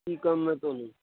ਕੀ ਕੰਮ ਹੈ ਤੁਹਾਨੂੰ